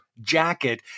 jacket